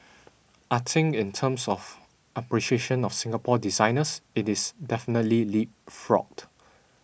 I think in terms of appreciation of Singapore designers it is definitely leapfrogged